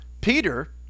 Peter